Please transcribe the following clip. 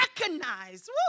recognize